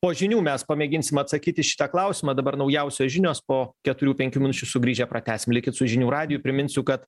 po žinių mes pamėginsim atsakyt į šitą klausimą dabar naujausios žinios po keturių penkių minučių sugrįžę pratęsim likit su žinių radiju priminsiu kad